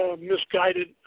misguided